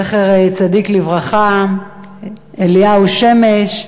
זכר צדיק לברכה, אליהו שמש,